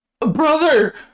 Brother